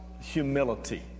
humility